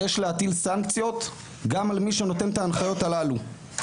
ויש להטיל סנקציות גם על מי שנותן את ההנחיות הללו.